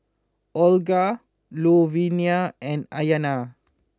Olga Louvenia and Ayana